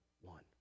one